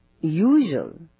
usual